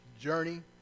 journey